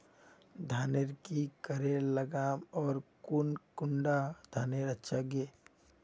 धानेर की करे लगाम ओर कौन कुंडा धानेर अच्छा गे?